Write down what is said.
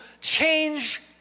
change